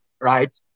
right